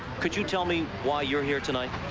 could you tell me why you're here tonight?